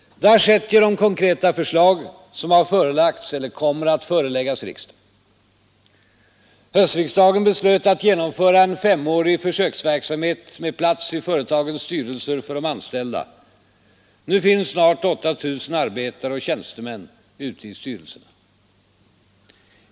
Det har skett genom konkreta förslag som har förelagts eller kommer att föreläggas riksdagen. Höstriksdagen beslöt genomföra en femårig försöksverksamhet med plats i företagens styrelser för de anställda. Nu finns snart 8 000 arbetare och tjänstemän ute i styrelserna.